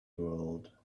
world